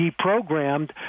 deprogrammed